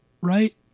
Right